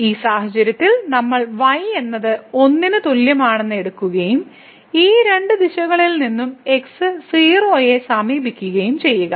ഈ സാഹചര്യത്തിൽ നമ്മൾ y എന്നത് 1 ന് തുല്യമാണെന്ന് എടുക്കുകയും ഈ രണ്ട് ദിശകളിൽ നിന്ന് x 0 യെ സമീപിക്കുകയും ചെയ്യുക